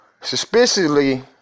suspiciously